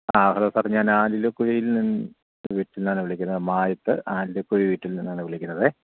ആ hello sir ഞാൻ ആലില പുഴയിൽ നിന്ന് വീട്ടിൽനിന്നാണ് വിളിക്കുന്നത് മായത്ത് ആലില പുഴ വീട്ടിൽ നിന്നാണ് വിളിക്കുന്നതേ